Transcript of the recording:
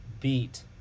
beat